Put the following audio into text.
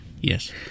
Yes